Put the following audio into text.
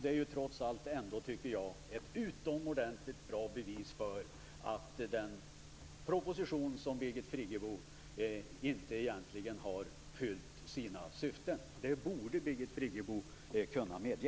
Det är trots allt ett utomordentligt bra bevis för att den proposition som Birgit Friggebo lade fram inte har fyllt sina syften. Det borde Birgit Friggebo kunna medge.